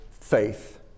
faith